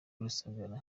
rusagara